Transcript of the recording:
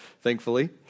thankfully